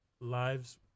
lives